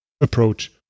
approach